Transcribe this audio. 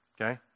okay